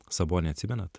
sabonį atsimenat